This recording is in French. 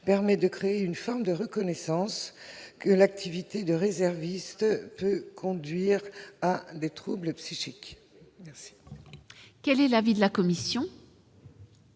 permettrait de créer une forme de reconnaissance du fait que l'activité de réserviste peut conduire à des troubles psychiques. Quel est l'avis de la commission ?